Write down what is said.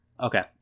okay